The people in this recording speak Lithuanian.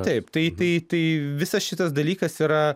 taip tai tai tai visas šitas dalykas yra